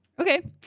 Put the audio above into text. Okay